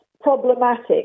problematic